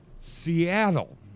Seattle